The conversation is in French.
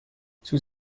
sous